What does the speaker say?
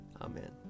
Amen